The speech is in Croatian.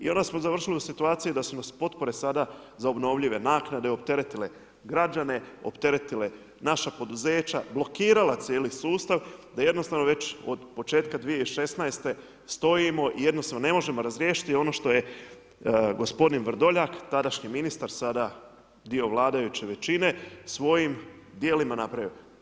I onda smo završili u situaciji da su nas potpore sada za obnovljive naknade opteretile građane, opteretile naša poduzeća, blokirala cijeli sustav da jednostavno već od početka 2016. stojimo i ne možemo razriješiti ono što je gospodin Vrdoljak, tadašnji ministar, sada dio vladajuće većine, svojim djelima napravio.